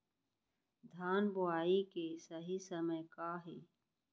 धान बोआई के सही समय का हे?